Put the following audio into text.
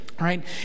right